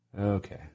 Okay